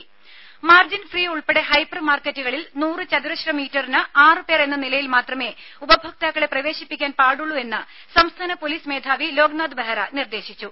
രുമ മാർജിൻഫ്രീ ഉൾപ്പെടെ ഹൈപ്പർമാർക്കറ്റുകളിൽ നൂറ് ചതുരശ്രമീറ്ററിന് ആറ് പേർ എന്ന നിലയിൽ മാത്രമേ ഉപഭോക്താക്കളെ പ്രവേശിപ്പിക്കാൻ പാടുള്ളൂ എന്ന് സംസ്ഥാന പോലീസ് മേധാവി ലോക്നാഥ് ബെഹ്റ നിർദ്ദേശിച്ചു